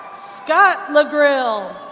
scott lagrill.